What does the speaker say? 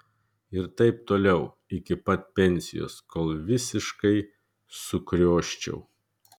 ir taip toliau iki pat pensijos kol visiškai sukrioščiau